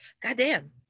Goddamn